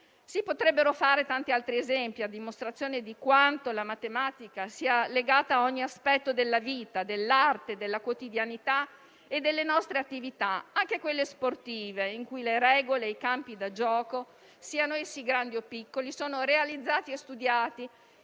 Si potrebbero fare tanti altri esempi, a dimostrazione di quanto la matematica sia legata a ogni aspetto della vita, dell'arte, della quotidianità e delle nostre attività, anche sportive, in cui le regole e i campi da gioco, siano essi grandi o piccoli, sono realizzati e studiati